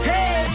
Hey